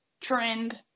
trend